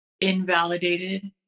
invalidated